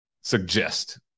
suggest